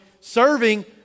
serving